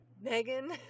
Megan